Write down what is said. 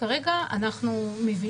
כרגע אנחנו,